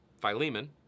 Philemon